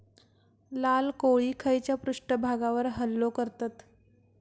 लाल कोळी खैच्या पृष्ठभागावर हल्लो करतत?